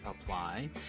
apply